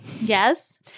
yes